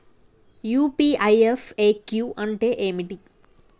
UPI FAQ అంటే ఏమిటి?